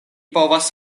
povas